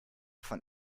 von